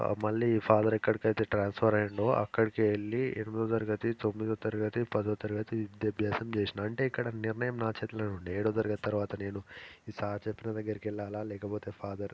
మళ్ళీ ఈ ఫాదర్ ఎక్కడికైతే ట్రాన్స్ఫర్ అయ్యాడో అక్కడికే వెళ్ళి ఎనిమిదో తరగతి తొమ్మిదో తరగతి పదో తరగతి విద్యాభ్యాసం చేసినా అంటే ఇక్కడ నిర్ణయం నా చేతిలోనే ఉండేది ఏడవ తరగతి తరువాత నేను ఈ సార్ చెప్పిన దగ్గరకి వెళ్ళాలా లేకపోతే ఫాదర్